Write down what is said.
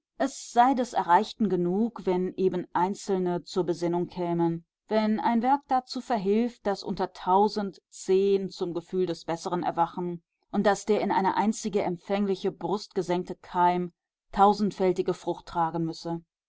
es sei des erreichten genug wenn eben einzelne zur besinnung kämen wenn ein werk dazu verhilft daß unter tausend zehn zum gefühl des besseren erwachen und daß der in eine einzige empfängliche brust gesenkte keim tausendfältige frucht tragen müsse